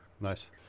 Nice